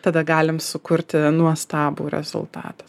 tada galim sukurti nuostabų rezultatą